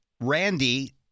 Randy